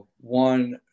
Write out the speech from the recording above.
one